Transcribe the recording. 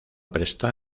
presta